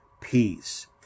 peace